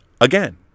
again